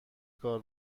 کار